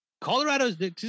Colorado's